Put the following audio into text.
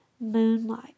Moonlight